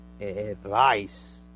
advice